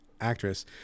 actress